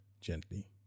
gently